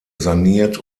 saniert